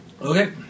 Okay